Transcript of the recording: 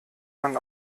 man